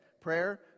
Prayer